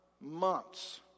months